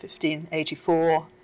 1584